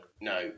no